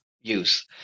use